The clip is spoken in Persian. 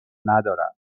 ندارن